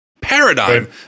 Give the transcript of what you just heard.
paradigm